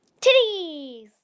Titties